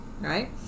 right